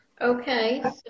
Okay